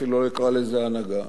אפילו לא אקרא לזה הנהגה,